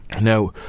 now